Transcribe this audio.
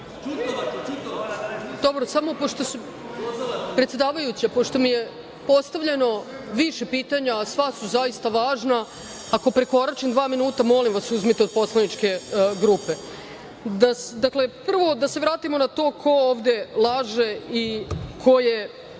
Brnabić** Predsedavajuća, pošto mi je postavljeno više pitanja, a sva su zaista važna, ako prekoračim dva minuta, molim vas, uzmite od poslaničke grupe. Dakle, prvo da se vratimo na to ko ovde laže i ko je…